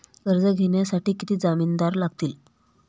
कर्ज घेण्यासाठी किती जामिनदार लागतील?